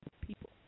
people